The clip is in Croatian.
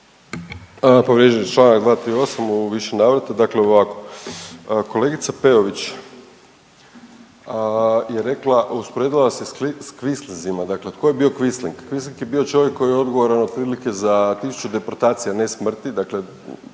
Povrijeđen je čl. 238. u više navrata dakle ovako. Kolegica Peović je rekla, usporedila se s kvislinzima, dakle tko je bio Kvisling? Kvisling je bio čovjek koji je odgovoran otprilike za tisuću deportacija, ne smrti,